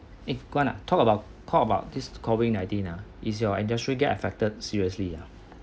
eh guan ah talk talk about talk about this COVID nineteen ah is your industry get affected seriously ya